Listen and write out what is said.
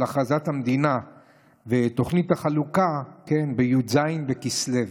הכרזת המדינה ותוכנית החלוקה בי"ז בכסלו.